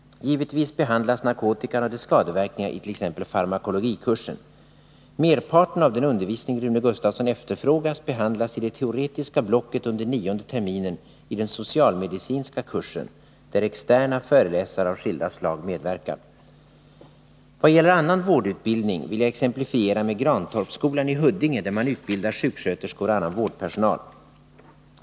Givetvis behandlas narkotikan och dess skadeverkningar i t.ex. farmakologikursen. Merparten av den undervisning Rune Gustavsson efterfrågar behandlas i det teoretiska blocket under nionde terminen i den socialmedicinska kursen, där externa föreläsare av skilda slag medverkar. Vad gäller annan vårdutbildning vill jag exemplifiera med Grantorpsskolan i Huddinge, där man utbildar sjuksköterskor och annan vårdpersonal.